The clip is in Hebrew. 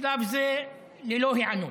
בשלב זה ללא היענות,